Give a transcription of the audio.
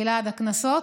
גלעד, הקנסות?